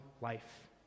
life